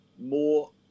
more